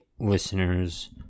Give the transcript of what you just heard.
listeners